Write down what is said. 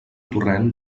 torrent